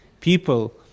People